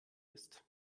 ist